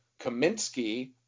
Kaminsky